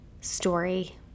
story